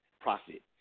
profit